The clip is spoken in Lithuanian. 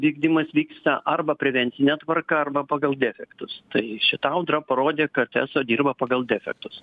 vykdymas vyksta arba prevencine tvarka arba pagal defektus tai šita audra parodė kad eso dirba pagal defektus